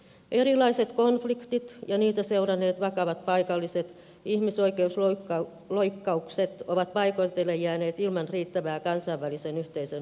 erilaiset konfliktit ja niitä seuranneet vakavat paikalliset ihmisoikeusloukkaukset ovat paikoitellen jääneet ilman riittävää kansainvälisen yhteisön huomiota